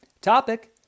topic